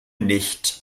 nicht